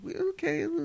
okay